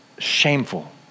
shameful